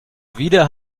wieder